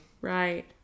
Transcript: Right